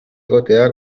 egotea